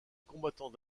combattant